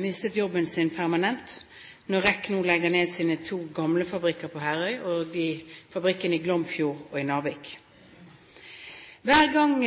mistet jobben sin permanent når REC nå legger ned sine fabrikker på Herøya, i Glomfjord og i Narvik. Hver gang